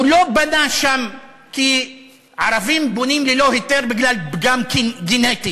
הוא לא בנה שם כי ערבים בונים ללא היתר בגלל פגם גנטי.